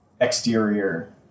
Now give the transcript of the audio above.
exterior